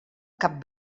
cap